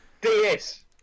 DS